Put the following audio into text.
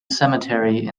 cemetery